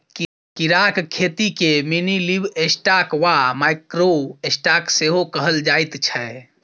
कीड़ाक खेतीकेँ मिनीलिवस्टॉक वा माइक्रो स्टॉक सेहो कहल जाइत छै